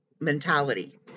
mentality